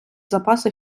запаси